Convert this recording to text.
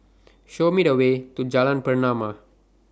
Show Me The Way to Jalan Pernama